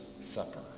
Supper